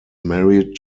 married